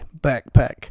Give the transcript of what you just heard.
backpack